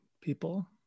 people